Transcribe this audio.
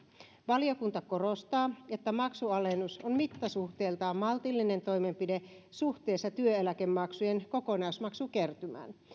valiokunta korostaa että maksualennus on mittasuhteiltaan maltillinen toimenpide suhteessa työeläkemaksujen kokonaismaksukertymään